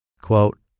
Quote